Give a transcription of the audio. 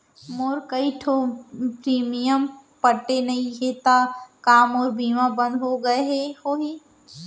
मोर कई ठो प्रीमियम पटे नई हे ता का मोर बीमा बंद हो गए होही?